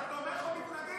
אתה תומך או מתנגד?